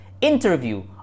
Interview